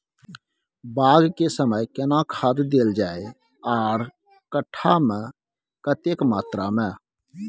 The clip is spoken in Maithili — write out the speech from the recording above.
बाग के समय केना खाद देल जाय आर कट्ठा मे कतेक मात्रा मे?